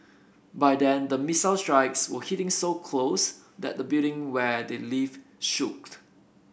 by then the missile strikes were hitting so close that the building where they live shook